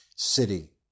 city